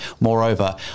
moreover